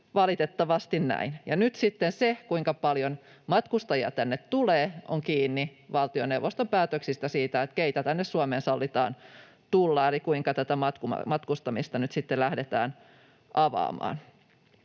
valitettavasti näin. Nyt sitten se, kuinka paljon matkustajia tänne tulee, on kiinni valtioneuvoston päätöksistä, kenen tänne Suomeen sallitaan tulla eli kuinka tätä matkustamista nyt sitten lähdetään avaamaan.